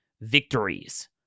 victories